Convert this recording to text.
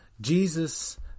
Jesus